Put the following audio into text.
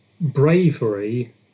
bravery